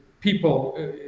people